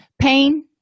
Pain